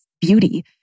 beauty